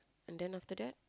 and then after that